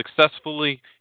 successfully